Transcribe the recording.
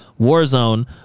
Warzone